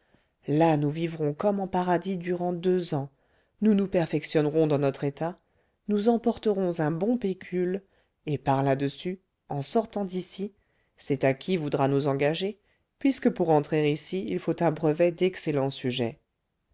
là nous vivrons comme en paradis durant deux ans nous nous perfectionnerons dans notre état nous emporterons un bon pécule et par là-dessus en sortant d'ici c'est à qui voudra nous engager puisque pour entrer ici il faut un brevet d'excellent sujet